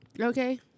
Okay